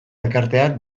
elkarteak